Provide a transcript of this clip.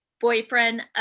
boyfriend